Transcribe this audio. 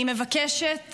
אני מבקשת